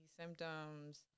symptoms